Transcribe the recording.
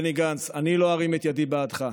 בני גנץ, אני לא ארים את ידי בעדך.